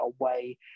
away